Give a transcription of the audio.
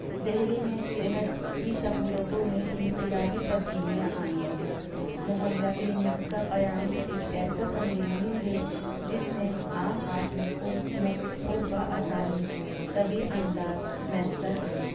دہلی میں صحت کی سہولتوں میں انقلابی تبدینیاں آئی ہیں محلہ کلینکس کا قیام ایک ایسا سنگ میل ہے جس نے عام آدمی کو مفت اور بآسانی طبعی امداد میسر آئیں